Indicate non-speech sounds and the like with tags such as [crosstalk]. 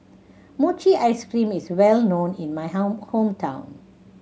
mochi ice cream is well known in my [unintelligible] hometown